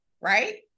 right